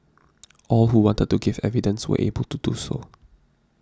all who wanted to give evidence were able to do so